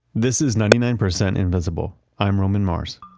this is ninety nine percent invisible. i'm roman mars.